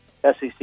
SEC